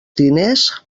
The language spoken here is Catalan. diners